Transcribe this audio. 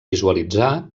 visualitzar